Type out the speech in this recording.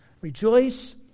Rejoice